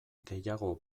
gehiago